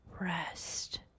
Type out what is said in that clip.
rest